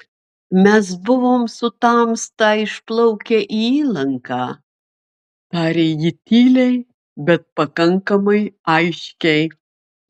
mes buvome su tamsta išplaukę į įlanką tarė ji tyliai bet pakankamai aiškiai